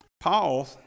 Paul